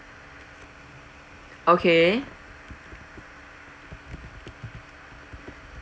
okay